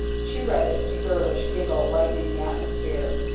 she read it, a girlish giggle lightening the atmosphere.